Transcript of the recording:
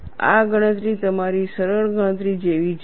આ ગણતરી તમારી સરળ ગણતરી જેવી જ છે